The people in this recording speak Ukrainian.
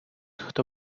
хто